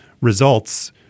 results